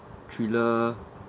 thriller